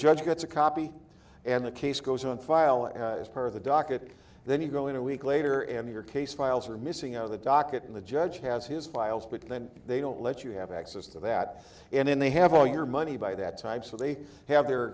judge gets a copy and the case goes on file as per the docket then you go in a week later and your case files are missing out of the docket and the judge has his files but then they don't let you have access to that and then they have all your money by that time so they have their